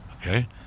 okay